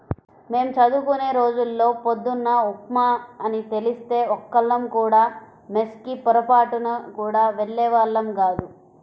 మేం చదువుకునే రోజుల్లో పొద్దున్న ఉప్మా అని తెలిస్తే ఒక్కళ్ళం కూడా మెస్ కి పొరబాటున గూడా వెళ్ళేవాళ్ళం గాదు